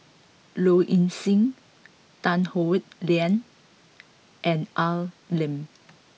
Low Ing Sing Tan Howe Liang and Al Lim